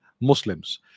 Muslims